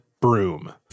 broom